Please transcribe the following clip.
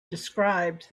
described